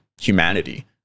humanity